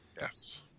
Yes